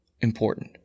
important